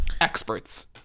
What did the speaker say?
experts